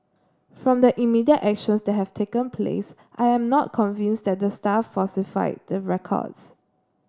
from the immediate actions that have taken place I am not convinced that the staff falsified the records